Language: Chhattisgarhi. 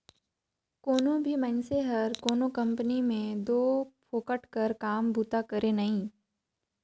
कोनो भी मइनसे हर कोनो कंपनी में दो फोकट कर काम बूता करे नई